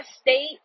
state